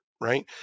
right